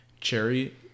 Cherry